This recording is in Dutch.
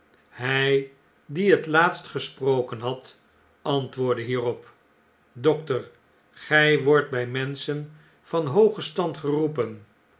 hjj die het laatst gesproken had antwoordde hierop dokter gij wordt bij menschen van hoogen stand geroepen